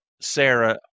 Sarah